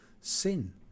sin